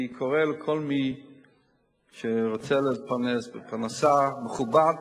אני קורא לכל מי שרוצה להתפרנס בפרנסה מכובדת,